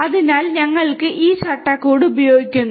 അതിനാൽ ഞങ്ങൾ ഈ ചട്ടക്കൂട് ഉപയോഗിക്കുന്നു